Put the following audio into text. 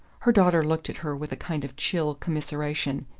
her daughter looked at her with a kind of chill commiseration.